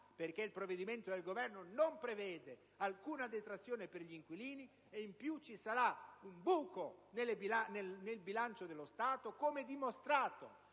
perché il provvedimento del Governo non prevede alcuna detrazione per gli inquilini e in più ci sarà un buco nel bilancio dello Stato, come dimostrato